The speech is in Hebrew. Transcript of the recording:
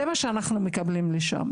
זה מה שאנחנו מקבלים משם.